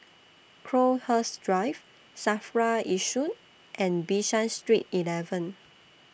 Crowhurst Drive SAFRA Yishun and Bishan Street eleven